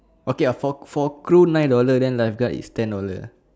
okay ah for for crew nine dollar then lifeguard is ten dollar ah